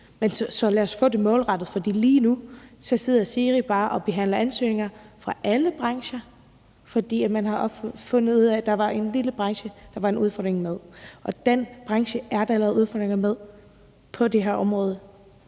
Så lad os få gjort det målrettet. For lige nu sidder SIRI bare og behandler ansøgninger fra alle brancher, fordi man har fundet ud af, at der var en lille branche, som der var en udfordring med. Den branche er der allerede udfordringer med på det her område,